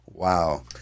Wow